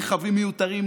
רכבים מיותרים,